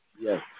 Yes